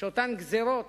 כדי שאותן גזירות